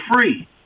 free